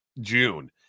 June